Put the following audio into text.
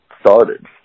started